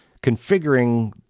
configuring